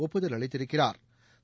ஒப்புதல் அளித்திருக்கிறாா்